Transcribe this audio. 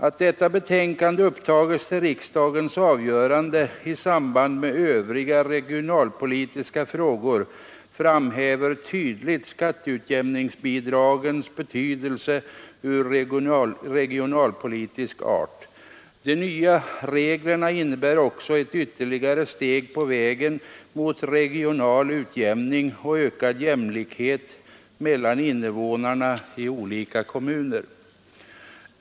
Att detta betänkande upptas till riksdagens avgörande i samband med övriga regionalpolitiska frågor framhäver tydligt skatteutjämningsbidragens betydelse regionalpolitiskt. De nya reglerna innebär också ett ytterligare steg på vägen mot regional utjämning och ökad jämlikhet mellan invånarna i olika kommuner.